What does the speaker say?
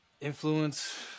influence –